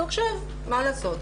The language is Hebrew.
אז עכשיו מה לעשות,